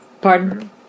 Pardon